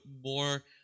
more